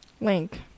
Link